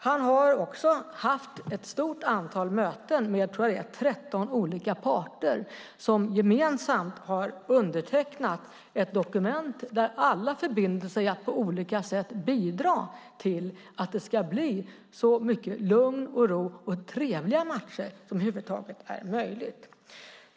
Han har också haft ett stort antal möten med, tror jag, 13 olika parter som gemensamt har undertecknat ett dokument där alla förbinder sig att på olika sätt bidra till att det ska bli så mycket lugn och ro och trevliga matcher som över huvud taget är möjligt.